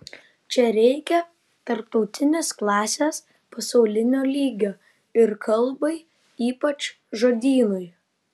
čia reikia tarptautinės klasės pasaulinio lygio ir kalbai ypač žodynui